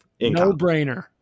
No-brainer